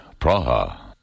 Praha